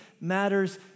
matters